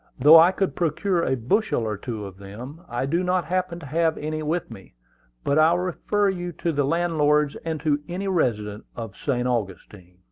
though i could procure a bushel or two of them, i do not happen to have any with me but i will refer you to the landlords, and to any resident of st. augustine.